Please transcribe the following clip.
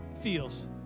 feels